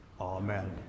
Amen